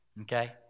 Okay